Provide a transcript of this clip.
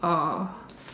orh orh orh